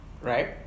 right